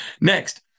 next